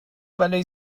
بلایی